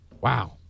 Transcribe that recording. Wow